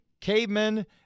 Cavemen